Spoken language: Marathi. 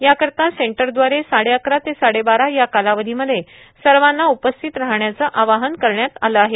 याकरता सेंटरद्वारे साडे अकरा ते साडेबारा या कालावधीमध्ये सर्वाना उपस्थित राहण्याचं आवाहन करण्यात आलं आहे